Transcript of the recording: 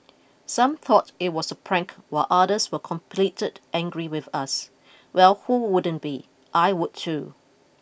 some thought it was a prank while others were completed angry with us well who wouldn't be I would too